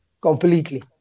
completely